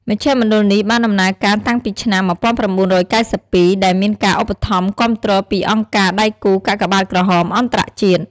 មណ្ឌលនេះបានដំណើរការតាំងពីឆ្នាំ ១៩៩២ ដែលមានការឧបត្ថមគាំទ្រពីអង្គការដៃគូរកាកបាទក្រហមអន្តរជាតិ។